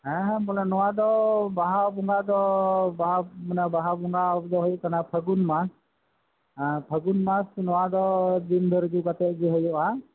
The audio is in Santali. ᱦᱮᱸ ᱦᱮᱸ ᱵᱚᱞᱮ ᱱᱚᱣᱟ ᱫᱚ ᱵᱟᱦᱟ ᱵᱚᱸᱜᱟ ᱫᱚ ᱵᱟᱜ ᱢᱟᱱᱮ ᱵᱟᱦᱟ ᱵᱚᱸᱜᱟ ᱫᱚ ᱦᱩᱭᱩᱜ ᱠᱟᱱᱟ ᱯᱷᱟᱹᱜᱩᱱ ᱢᱟᱥ ᱯᱷᱟᱹᱜᱩᱱ ᱢᱟᱥ ᱱᱚᱣᱟ ᱫᱚ ᱫᱤᱱ ᱫᱷᱟᱨᱡᱳ ᱠᱟᱛᱮᱜᱮ ᱦᱩᱭᱩᱜᱼᱟ